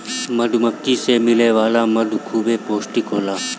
मधुमक्खी से मिले वाला मधु खूबे पौष्टिक होला